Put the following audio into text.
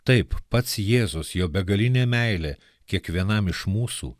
taip pats jėzus jo begalinė meilė kiekvienam iš mūsų